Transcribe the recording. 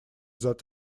that